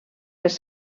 les